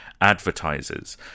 advertisers